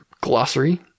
glossary